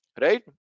right